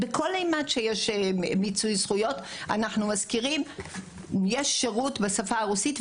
ובכל מימד שיש בו מיצוי זכויות אנחנו מזכירים שיש שירות בשפה הרוסית.